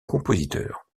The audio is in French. compositeur